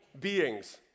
beings